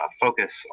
Focus